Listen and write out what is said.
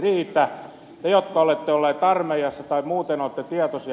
te jotka olette olleet armeijassa tai muuten olette tietoisia